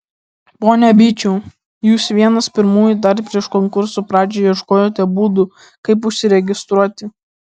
pone byčiau jūs vienas pirmųjų dar prieš konkurso pradžią ieškojote būdų kaip užsiregistruoti